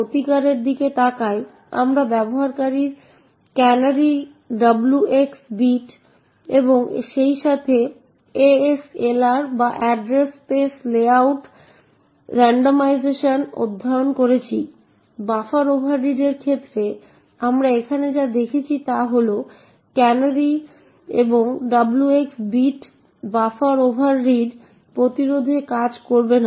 আমরা একটি break point নির্দিষ্ট করি তাই আমরা 16 লাইনে ব্রেক পয়েন্ট নির্দিষ্ট করি এবং আমরা আসলে printf এ প্রবেশ করার আগে আমরা কয়েকটি গুরুত্বপূর্ণ বিষয় নোট করব